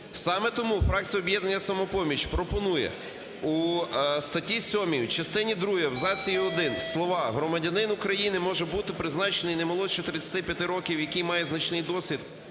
Саме тому фракція "Об'єднання "Самопоміч" пропонує у статті 7 у частині другій абзаці один слова "громадянин України може бути призначений не молодше 35 років, який має значний досвід